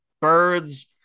Birds